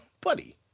Buddy